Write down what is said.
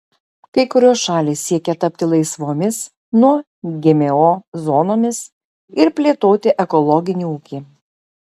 kai kurios šalys siekia tapti laisvomis nuo gmo zonomis ir plėtoti ekologinį ūkį